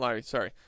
Sorry